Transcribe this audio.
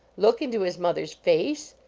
look into his mother s face!